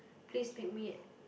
please make me